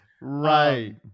Right